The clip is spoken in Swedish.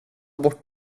bort